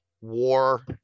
war